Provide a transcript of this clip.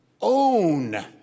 own